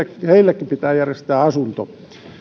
heillekin pitää järjestää asunto